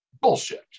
bullshit